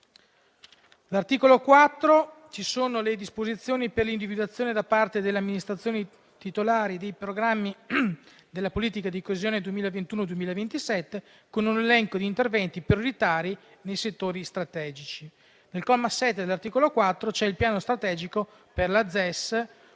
All'articolo 4 ci sono le disposizioni per l'individuazione da parte delle amministrazioni titolari dei programmi della politica di coesione 2021-2027, con un elenco di interventi prioritari nei settori strategici. Al comma 7 dell'articolo 4 c'è il piano strategico per la ZES